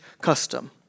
custom